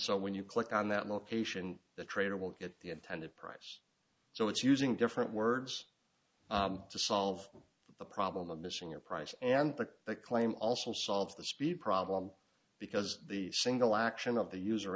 so when you click on that location the trader will get the intended price so it's using different words to solve the problem of missing your price and that that claim also solves the speed problem because the single action of the use